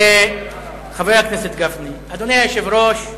חבר הכנסת גפני, אדוני היושב-ראש,